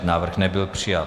Návrh nebyl přijat.